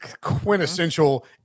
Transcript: quintessential